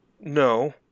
No